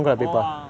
oh ah